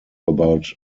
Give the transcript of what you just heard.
about